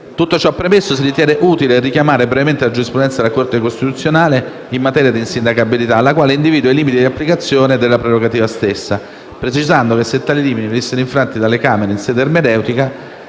Tutto ciò premesso, si ritiene utile richiamare brevemente la giurisprudenza della Corte costituzionale in materia di insindacabilità, la quale individua i limiti di applicazione della prerogativa stessa, precisando che, se tali limiti venissero infranti dalle Camere in sede ermeneutica,